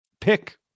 pick